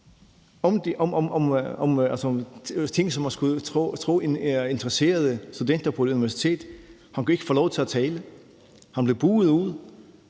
om ting, som man skulle tro interesserede studerende på et universitet. Han kunne ikke få lov til at tale, han blev buhet ud,